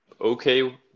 okay